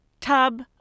tub